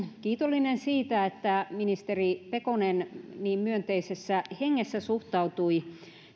kiitollinen siitä että ministeri pekonen niin myönteisessä hengessä suhtautui